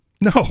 No